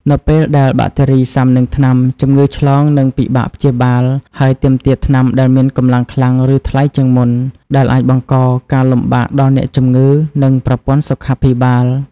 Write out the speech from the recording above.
នៅពេលដែលបាក់តេរីស៊ាំនឹងថ្នាំ ជំងឺឆ្លងនឹងពិបាកព្យាបាល ហើយទាមទារថ្នាំដែលមានកម្លាំងខ្លាំង ឬថ្លៃជាងមុន ដែលអាចបង្កការលំបាកដល់អ្នកជំងឺ និងប្រព័ន្ធសុខាភិបាល។